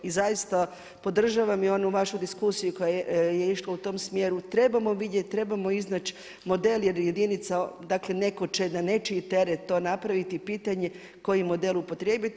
I zaista, podržavam i onu vašu diskusiju koja je išla u tom smjeru, trebamo vidjeti, trebamo iznaći model jer jedinica, dakle netko će na nečiji teret to napraviti i pitanje je koji model upotrijebiti.